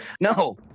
No